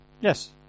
Yes